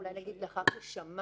אולי נגיד: לאחר ששמע